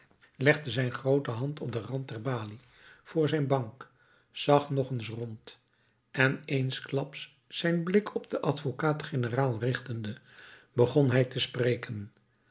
legde zijn groote hand op den rand der balie voor zijn bank zag nog eens rond en eensklaps zijn blik op den advocaat-generaal richtende begon hij te spreken